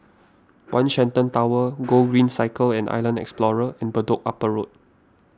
one Shenton Tower Gogreen Cycle and Island Explorer and Upper Bedok Road